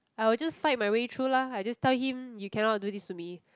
I will just fight my way through lah I just tell him you cannot do this to me